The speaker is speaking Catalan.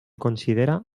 considera